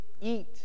eat